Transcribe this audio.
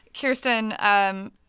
Kirsten